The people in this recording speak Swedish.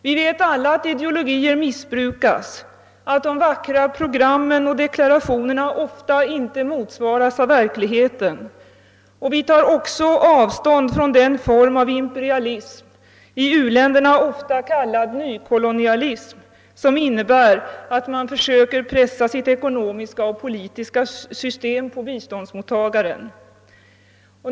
Vi vet alla att ideologier missbrukas, att de vackra programmen och deklarationerna ofta inte motsvaras av verkligheten, och vi tar också avstånd från den form av imperialism, i u-länderna ofta kallad nykolonialism, som innebär att man försöker pressa sitt ekonomiska och politiska system på biståndsmottagaren.